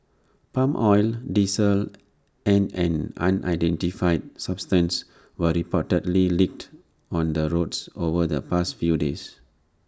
palm oil diesel and an unidentified substance were reportedly leaked on the roads over the past few days